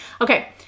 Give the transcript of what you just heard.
Okay